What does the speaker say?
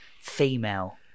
female